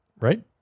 Right